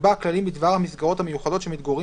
יקבע כללים בדבר המסגרות המיוחדות שמתגוררים